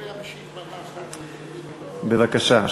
בבקשה.